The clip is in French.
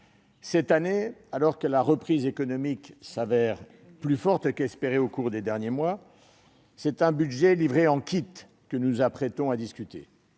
Cette année, alors que la reprise économique s'avère plus forte que nous l'avions espérée au cours des derniers mois, c'est un budget livré « en kit » que nous nous apprêtons à discuter.